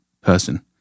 person